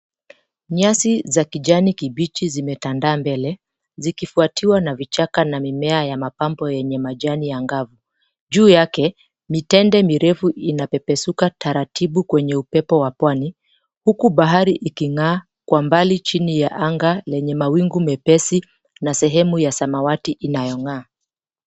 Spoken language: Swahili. Nyasi za kijani kibichi zimetandaa mbele zikifuatiwa na vichaka na mimea ya mapambo yenye majani angavu. Juu yake mitende mirefu inapepesuka taratibu kwenye upepo wa pwani. Huku bahari iking'aa kwa umbali chini ya anga lenye mawingu mepesi na sehemu ya samawati inayong'aa.